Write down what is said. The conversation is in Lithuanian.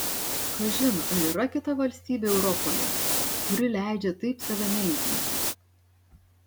kažin ar yra kita valstybė europoje kuri leidžia taip save menkinti